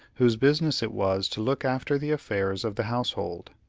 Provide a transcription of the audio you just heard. whose business it was to look after the affairs of the household.